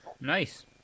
Nice